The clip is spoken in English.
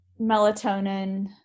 melatonin